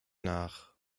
nach